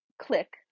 click